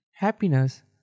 Happiness